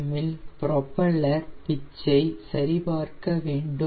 M இல் propeller pitch ஐ சரிபார்க்க வேண்டும்